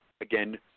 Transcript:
again